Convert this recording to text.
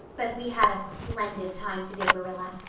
but we had a splendid time today, marilla.